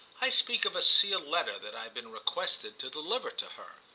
i speak of a sealed letter that i've been requested to deliver to her.